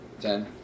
Ten